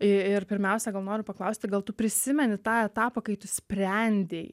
i ir pirmiausia noriu paklausti gal tu prisimeni tą etapą kai tu sprendei